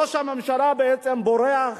ראש הממשלה בעצם בורח,